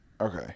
Okay